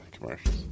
commercials